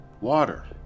water